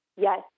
Yes